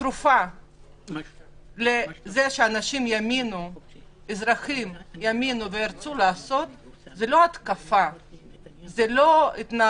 התרופה לזה שאזרחים יאמינו וירצו לעשות חיסון היא לא התקפה,